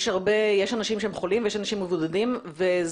יש אנשים שהם חולים ויש אנשים מבודדים וזאת